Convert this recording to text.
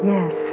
Yes